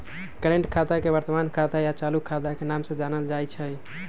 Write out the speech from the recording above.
current खाता के वर्तमान खाता या चालू खाता के नाम से जानल जाई छई